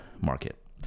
market